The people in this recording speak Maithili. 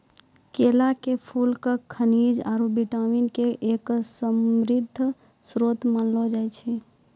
केला के फूल क खनिज आरो विटामिन के एक समृद्ध श्रोत मानलो जाय छै